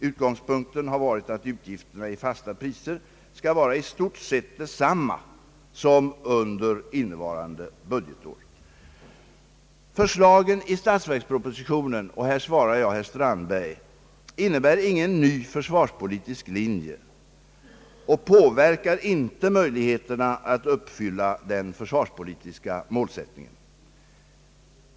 Utgångspunkten har varit att utgifterna i fasta priser skall vara i stort sett desamma som under innevarande budgetår. Förslagen i statsverkspropositionen — och här svarar jag herr Strandberg — innebär ingen ny försvarspolitisk linje och påverkar inte möjligheterna att uppfylla den försvarspolitiska målsättningen.